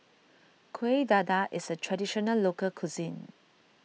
Kuih Dadar is a Traditional Local Cuisine